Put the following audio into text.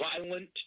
violent